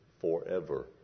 forever